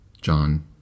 John